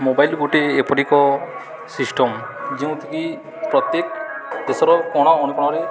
mobile ଗୋଟେ ଏପରି ଏକ ସିଷ୍ଟମ ଯେଉଁଥିରେକି ପ୍ରତ୍ୟେକ ଦେଶର କୋଣ ଅନୁକୋଣରେ